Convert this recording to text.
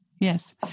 Yes